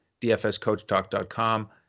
dfscoachtalk.com